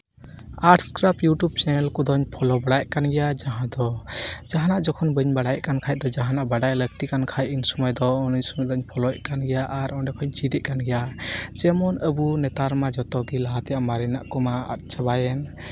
arts craft YouTube channel ᱠᱚᱫᱚᱧ follow ᱵᱟᱲᱟᱭᱮᱫ ᱠᱟᱱ ᱜᱮᱭᱟ ᱡᱟᱦᱟᱸ ᱫᱚ ᱡᱟᱦᱟᱱᱟᱜ ᱡᱚᱠᱷᱚᱱ ᱵᱟᱹᱧ ᱵᱟᱲᱟᱭᱮᱫ ᱠᱟᱱ ᱠᱷᱟᱡ ᱫᱚ ᱡᱟᱦᱟᱱᱟᱜ ᱵᱟᱰᱟᱭ ᱞᱟᱹᱠᱛᱤ ᱠᱟᱱ ᱠᱷᱟᱡ ᱤᱱ ᱥᱚᱢᱚᱭ ᱫᱚ ᱤᱱ ᱥᱚᱢᱚᱭ ᱫᱚᱧ ᱯᱷᱚᱞᱳᱭᱮᱫ ᱠᱟᱱ ᱜᱮᱭᱟ ᱟᱨ ᱚᱸᱰᱮ ᱠᱷᱚᱡ ᱤᱧ ᱪᱮᱫ ᱮᱫ ᱠᱟᱱ ᱜᱮᱭᱟ ᱡᱮᱢᱚᱱ ᱟᱹᱵᱩ ᱱᱮᱛᱟᱨ ᱢᱟ ᱡᱚᱛᱚ ᱜᱮ ᱞᱟᱦᱟ ᱛᱮᱱᱟᱜ ᱢᱟᱨᱮᱱᱟᱜ ᱠᱚᱢᱟ ᱟᱫ ᱪᱟᱵᱟᱭᱮᱱ